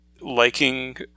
liking